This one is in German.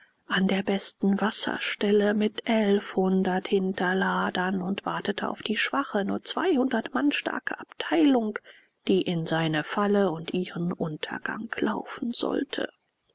an der besten wasserstelle mit elfhundert hinterladern und wartete auf die schwache nur zweihundert mann starke abteilung die in seine falle und ihren untergang laufen sollte